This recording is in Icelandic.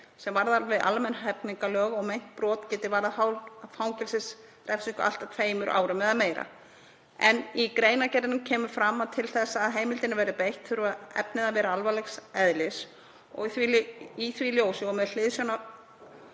sem varðar við almenn hegningarlög og meint brot geti varðað fangelsisrefsingu allt að tveimur árum eða meira. En í greinargerðinni kemur fram að til þess að heimildinni verði beitt þurfi efnið að vera alvarlegs eðlis. Í því ljósi og með hliðsjón